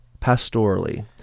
Pastorally